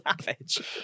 savage